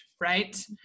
Right